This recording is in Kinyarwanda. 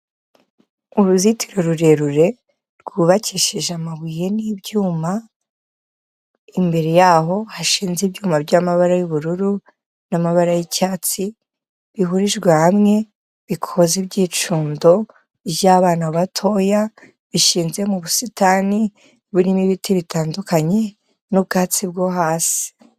Uruzitiro rurerure rwubakishije amabuye n'ibyuma, imbere yaho hashinze ibyuma byamabara y'ubururu n'amabara y'icyatsi, bihurijwe hamwe, bikoze ibyicundo by'abana batoya bishinze mu busitani, burimo ibiti bitandukanye n'ubwatsi bwo hasi.